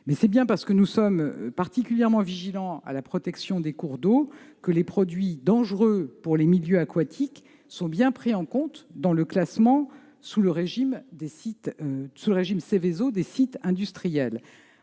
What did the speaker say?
inspectés. Nous sommes particulièrement vigilants quant à la protection des cours d'eau. Les produits dangereux pour les milieux aquatiques sont ainsi pris en compte dans le classement sous le régime Seveso des sites industriels.